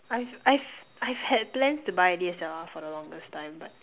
I've I've I've had plans to buy this for the longest time but